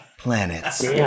planets